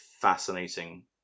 fascinating